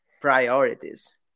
priorities